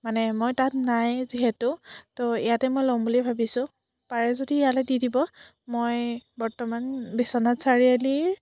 মানে মই তাত নাই যিহেতু ত' ইয়াতে মই ল'ম বুলি ভাবিছোঁ পাৰে যদি ইয়ালে দি দিব মই বৰ্তমান বিশ্বনাথ চাৰিআলিৰ